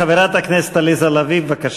חברת הכנסת עליזה לביא, בבקשה.